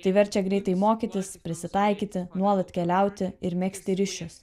tai verčia greitai mokytis prisitaikyti nuolat keliauti ir megzti ryšius